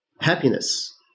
happiness